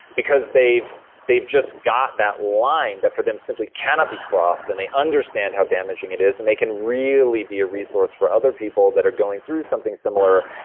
because they've they've just got that line that for them simply cannot be crossed, and they understand how damaging it is and they can really be a resource for other people that are going through something similar,